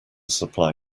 supply